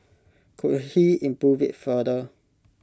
could he improve IT further